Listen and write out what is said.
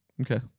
Okay